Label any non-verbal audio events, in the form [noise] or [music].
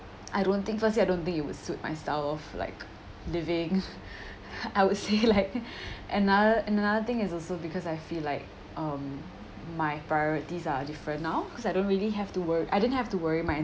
I don't think firstly I don't think it will suit my style of like living [laughs] I would say like anoth~ another thing is also because I feel like um my priorities are different now cause I don't really have to wor~ I didn't have to worry my